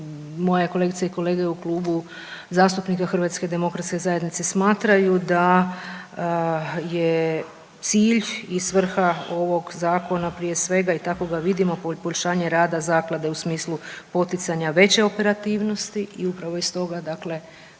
moje kolegice i kolege u Klubu zastupnika HDZ-a smatraju da je cilj i svrha ovog zakona prije svega i tako ga vidimo poboljšanje rada zaklade u smislu poticanja veće operativnosti i upravo iz toga tu